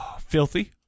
Filthy